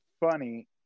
funny